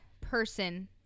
person